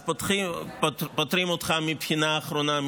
אז פוטרים אותך מהבחינה האחרונה,